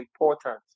important